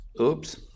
Oops